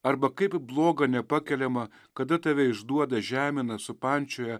arba kaip bloga nepakeliama kada tave išduoda žemina supančioja